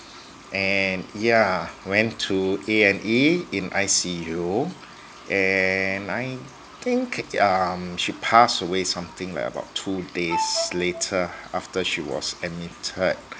and yeah went to A_&_E in I_C_U and I think um she pass away something like about two days later after she was admitted